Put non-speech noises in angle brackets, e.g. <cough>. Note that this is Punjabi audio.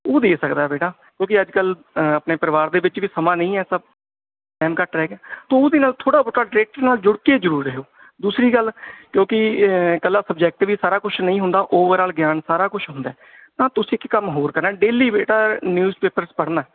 ਉਹ ਦੇ ਸਕਦਾ ਬੇਟਾ ਕਿਉਂਕਿ ਅੱਜ ਕੱਲ੍ਹ ਆਪਣੇ ਪਰਿਵਾਰ ਦੇ ਵਿੱਚ ਵੀ ਸਮਾਂ ਨਹੀਂ ਐਸਾ ਟਾਈਮ ਘੱਟ ਰਹਿ ਗਿਆ ਤਾਂ ਉਹਦੇ ਨਾਲ ਥੋੜ੍ਹਾ ਬਹੁਤਾ <unintelligible> ਨਾਲ ਜੁੜ ਕੇ ਜ਼ਰੂਰ ਰਹਿਓ ਦੂਸਰੀ ਗੱਲ ਕਿਉਂਕਿ ਇਹ ਹੈ ਇੱਕਲਾ ਸਬਜੈਕਟ ਵੀ ਸਾਰਾ ਕੁਛ ਨਹੀਂ ਹੁੰਦਾ ਓਵਰਆਲ ਗਿਆਨ ਸਾਰਾ ਕੁਛ ਹੁੰਦਾ ਤਾਂ ਤੁਸੀਂ ਇੱਕ ਕੰਮ ਹੋਰ ਕਰਨਾ ਡੇਲੀ ਬੇਟਾ ਨਿਊਜ਼ ਪੇਪਰ ਪੜ੍ਹਨਾ